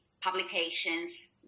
publications